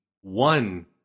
one